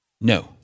No